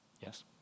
yes